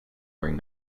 during